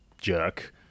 jerk